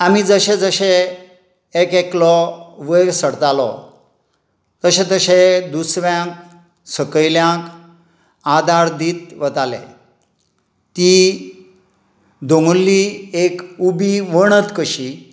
आमी जशें जशें एक एकलो वयर सरतालो तशें तशें दुसऱ्यांक सकयल्यांक आदार दित वताले ती दोगुल्ली एक उबी वणत कशी